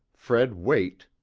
fred wayt,